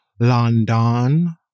London